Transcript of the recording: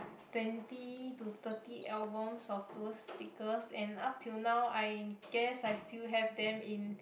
twenty to thirty albums of those stickers and up till now I guess I still have them in